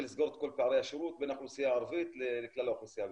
לסגור את כל פערי השירות בין האוכלוסייה הערבית לכלל האוכלוסייה.